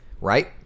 right